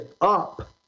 up